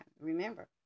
remember